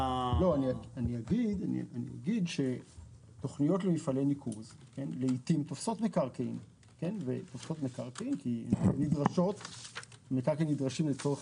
תוכניות למפעלי ניקוז לעיתים תופסות מקרקעין כי מקרקעין נדרשים לצורך